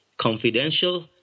confidential